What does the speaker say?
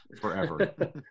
forever